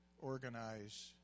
organize